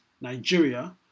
Nigeria